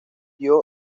dio